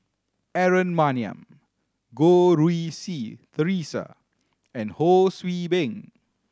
Aaron Maniam Goh Rui Si Theresa and Ho See Beng